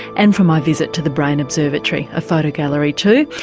and from my visit to the brain observatory a photo gallery too,